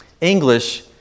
English